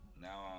now